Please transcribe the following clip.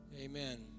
Amen